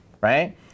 right